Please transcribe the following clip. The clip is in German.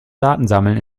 datensammeln